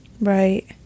Right